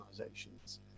organizations